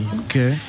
okay